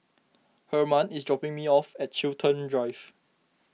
Herman is dropping me off at Chiltern Drive